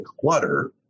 clutter